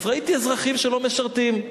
ראיתי אזרחים שלא משרתים,